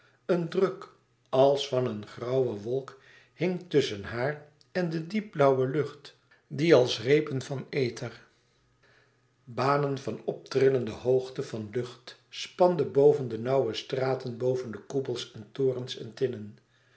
een druk als van een grauwe wolk hing tusschen haar en de diepblauwe lucht die als repen van ether banen van optrillende hoogte van lucht spande boven de nauwe straten boven de koepels en torens en tinnen